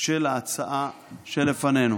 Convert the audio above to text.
של ההצעה שלפנינו.